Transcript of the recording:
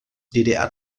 ddr